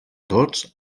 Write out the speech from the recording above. tots